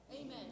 Amen